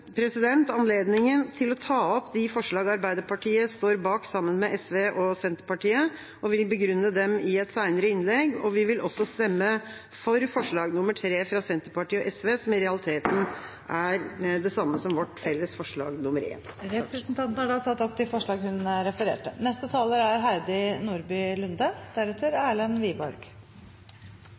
anledningen til å ta opp de forslag Arbeiderpartiet står bak, sammen med SV og Senterpartiet, og vil begrunne dem i et senere innlegg. Vi vil også stemme for forslag nr. 3, fra Senterpartiet og SV, som i realiteten er det samme som vårt felles forslag nr. 1. Representanten Lise Christoffersen har tatt opp de forslagene hun refererte